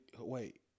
Wait